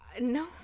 no